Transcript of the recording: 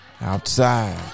Outside